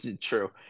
true